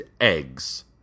eggs